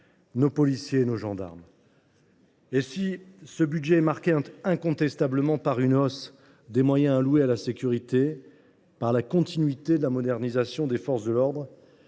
nos policiers et nos gendarmes. Et si ce budget est marqué par une hausse incontestable des moyens alloués à la sécurité et par la continuité dans la modernisation des forces de l’ordre,